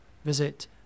Visit